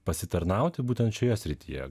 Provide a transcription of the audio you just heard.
pasitarnauti būtent šioje srityje